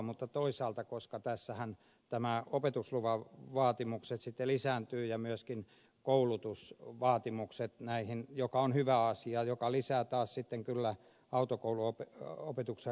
mutta toisaalta tässähän tämän opetusluvan vaatimukset sitten lisääntyvät ja myöskin koulutusvaatimukset mikä on hyvä asia ja lisää taas sitten kyllä autokouluopetuksen roolia